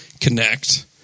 connect